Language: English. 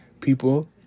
people